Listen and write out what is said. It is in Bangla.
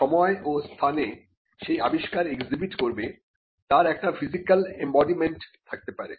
সময় ও স্থানে সেই আবিষ্কার একজিস্ট করবে তার একটি ফিজিক্যাল এম্বডিমেন্ট থাকতে পারে